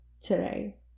today